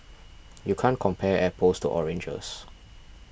you can't compare apples to oranges